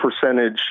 percentage